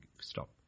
stop